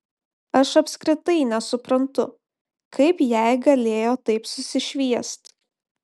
aš apskritai nesuprantu kaip jai galėjo taip susišviest